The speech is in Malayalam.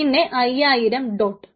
പിന്നെ 5000 ഡോട്ട്